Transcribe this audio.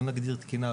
לא נגדיר תקינה,